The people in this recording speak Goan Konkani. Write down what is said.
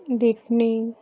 देखणी